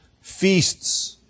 Feasts